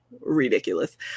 ridiculous